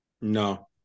No